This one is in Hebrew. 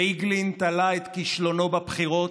פייגלין תלה את כישלונו בבחירות,